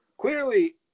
clearly